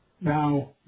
Now